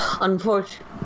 Unfortunately